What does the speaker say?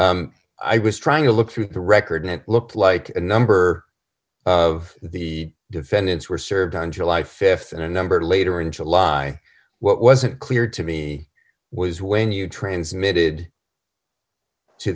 faster i was trying to look through the record and it looked like a number of the defendants were served on july th and a number later in july what wasn't clear to me was when you transmitted t